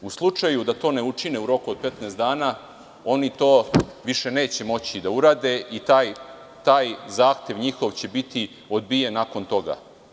U slučaju da to ne učine u roku od 15 dana, oni to više neće moći da urade i taj zahtev njihov će biti odbijen nakon toga.